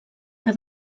que